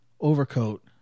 overcoat